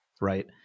right